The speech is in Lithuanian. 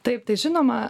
taip tai žinoma